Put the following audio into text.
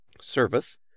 Service